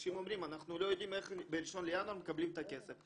אנשים אומרים שהם לא יודעים איך ב-1 בינואר הם יקבלו את הכסף.